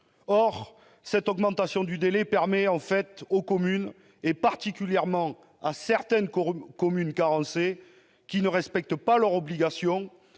Or cet allongement du délai permettra en fait aux communes, particulièrement à certaines communes carencées, qui ne respectent pas leurs obligations,